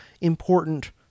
important